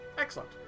Excellent